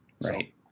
Right